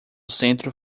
centro